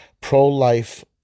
Pro-life